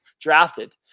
Drafted